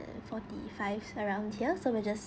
forty five around here so we just start